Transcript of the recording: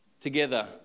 Together